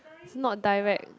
not direct